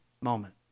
moment